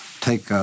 take